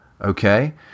okay